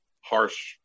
harsh